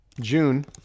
June